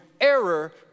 error